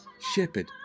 shepherd